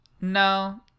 No